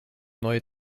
neue